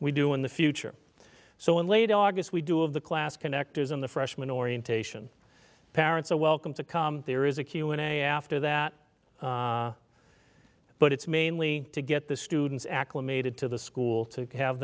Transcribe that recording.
we do in the future so in late august we do of the class connectors in the freshman orientation parents are welcome to come there is a q and a after that but it's mainly to get the students acclimated to the school to have